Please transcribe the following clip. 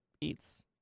eats